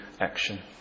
action